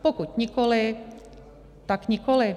Pokud nikoli, tak nikoli.